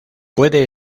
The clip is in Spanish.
puede